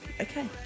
Okay